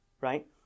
Right